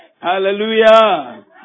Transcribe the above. Hallelujah